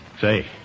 Say